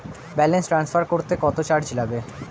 Balance transfer করতে কত charge লাগে?